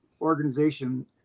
organization